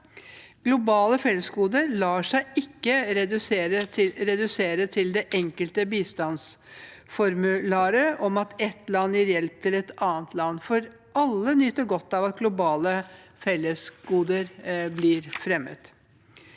Globale fellesgoder lar seg ikke redusere til det enkle bistandsformularet om at ett land gir hjelp til et annet land, for alle nyter godt av at globale fellesgoder blir fremmet.